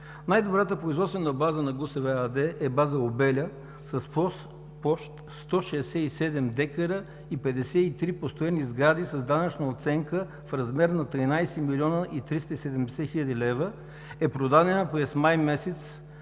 Най-добрата производствена база на ГУСВ ¬¬– ЕАД, е база „Обеля“ с площ 167 дка и 53 построени сгради с данъчна оценка в размер на 13 млн. 370 хил. лв., е продадена през май месец